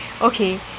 okay